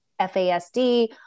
FASD